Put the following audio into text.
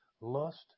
lust